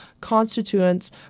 constituents